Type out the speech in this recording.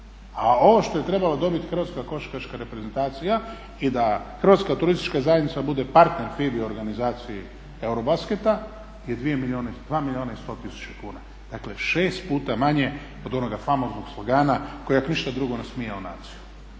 A ovo što je trebala dobiti Hrvatska košarkaška reprezentacija i da Hrvatska turistička zajednica bude partner FIBA-i i organizaciji EUROBASKET-a je 2 milijuna i 100 tisuća kuna. Dakle, 6 puta manje od onoga famoznog slogana koji ako ništa drugo je nasmijao naciju.